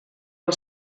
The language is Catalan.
del